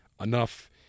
Enough